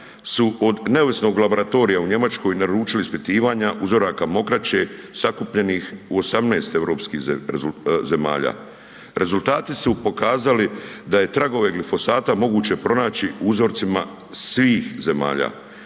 su od neovisnog laboratorija u Njemačkoj naručili ispitivanja uzoraka mokraće sakupljenih u 18 europskih zemalja, rezultati su pokazali da je tragove glifosata moguće pronaći u uzorcima svih zemalja.